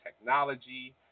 technology